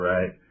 Right